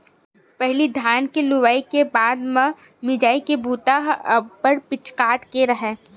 पहिली धान के लुवई के बाद म मिंजई के बूता ह अब्बड़ पिचकाट के राहय